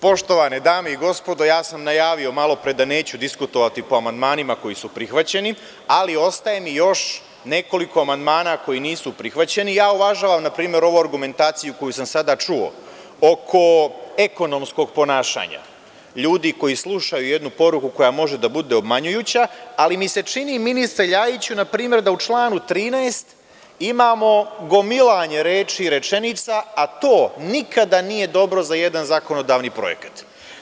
Poštovane dame i gospodo, ja sam najavio malopre da neću diskutovati po amandmanima koji su prihvaćeni, ali ostaje mi još nekoliko amandmana koji nisu prihvaćeni i uvažavam npr. ovu argumentaciju koju sam sada čuo oko ekonomskog ponašanja ljudi koji slušaju jednu poruku koja može da bude obmanjujuća, ali mi se čini, ministre Ljajiću, na primer da u članu 13. imamo gomilanje reči i rečenica, a to nikada nije dobro za jedan zakonodavni projekat.